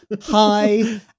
Hi